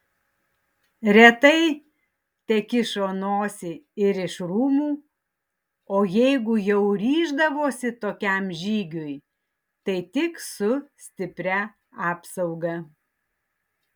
retai tekišo nosį ir iš rūmų o jeigu jau ryždavosi tokiam žygiui tai tik su stipria apsauga